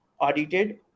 audited